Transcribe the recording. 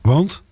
Want